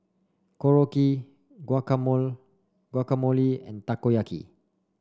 Korokke Guacamole and Takoyaki